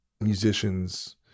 musicians